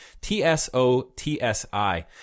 T-S-O-T-S-I